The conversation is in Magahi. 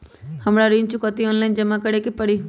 हमरा ऋण चुकौती ऑनलाइन जमा करे के परी?